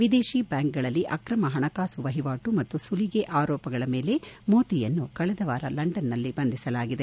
ವಿದೇಶಿ ಬ್ಲಾಂಕುಗಳಲ್ಲಿ ಅಕ್ರಮ ಹಣಕಾಸು ವಹಿವಾಟು ಮತ್ತು ಸುಲಿಗೆ ಆರೋಪಗಳ ಮೇಲೆ ಮೋತಿಯನ್ನು ಕಳೆದ ವಾರ ಲಂಡನ್ನಲ್ಲಿ ಬಂಧಿಸಲಾಗಿದೆ